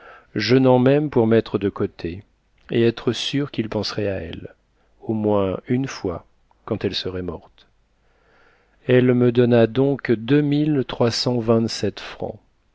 jeûnant même pour mettre de côté et être sûre qu'il penserait à elle au moins une fois quand elle serait morte elle me donna donc deux